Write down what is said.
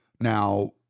Now